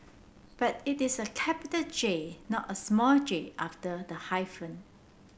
but it is a capital J not a small j after the hyphen